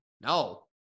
No